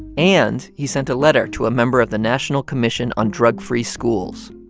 and he sent a letter to a member of the national commission on drug-free schools.